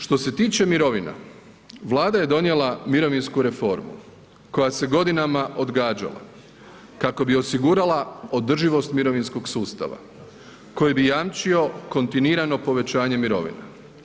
Što se tiče mirovina, Vlada je donijela mirovinsku reformu koja se godinama odgađala kako bi osigurala održivost mirovinskog sustava koji bi jamčio kontinuirano povećanje mirovina.